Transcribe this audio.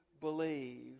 believe